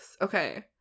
Okay